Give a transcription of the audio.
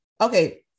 okay